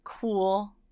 cool